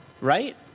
right